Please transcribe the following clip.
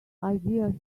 idea